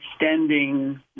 extending –